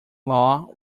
law